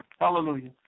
Hallelujah